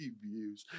views